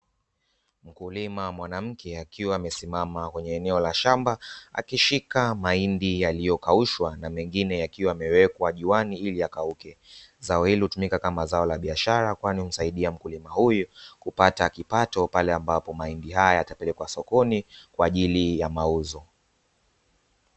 Mkulima mwanamke akiwa amesimama kwenye eneo la shamba akishika mahindi yaliyokaushwa na mengine yakiwa yamewekwa juani ili yakauke, zao hilo tumika kama zao la biashara kwani husaidia mkulima huyu kupata kipato pale ambapo mahindi haya yatapelekwa sokoni kwa ajili ya mauzo.